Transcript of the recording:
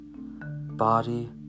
body